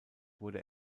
wurde